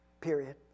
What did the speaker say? period